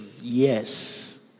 yes